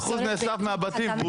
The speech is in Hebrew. נאסף מהבתים.